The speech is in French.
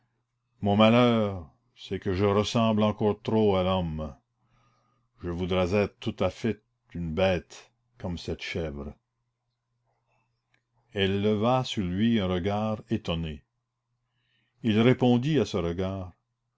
mon malheur c'est que je ressemble encore trop à l'homme je voudrais être tout à fait une bête comme cette chèvre elle leva sur lui un regard étonné il répondit à ce regard